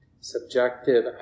subjective